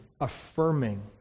affirming